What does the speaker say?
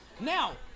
Now